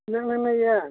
ꯏꯅꯛ ꯅꯛꯅꯩꯌꯦ